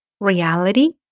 reality